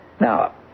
Now